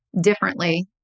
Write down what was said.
differently